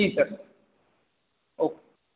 ji sir okay